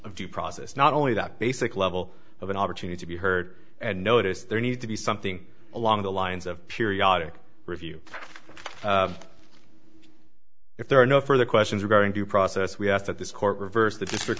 of due process not only that basic level of an opportunity to be heard and noticed there need to be something along the lines of periodic review if there are no further questions or going through a process we ask that this court reversed the district